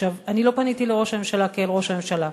אני לא פניתי לראש הממשלה כאל ראש הממשלה,